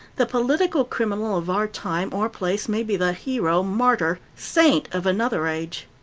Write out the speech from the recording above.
the political criminal of our time or place may be the hero, martyr, saint of another age.